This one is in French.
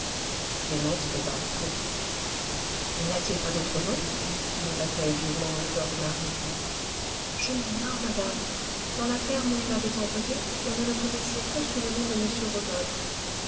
clémence devint pourpre et n'a-t-il pas d'autre nom demanda-t-elle vivement à fleur de marie je l'ignore madame dans la ferme où il m'avait envoyée on ne le connaissait que sous le nom de m rodolphe